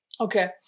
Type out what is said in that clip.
Okay